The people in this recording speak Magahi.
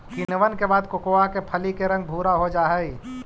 किण्वन के बाद कोकोआ के फली के रंग भुरा हो जा हई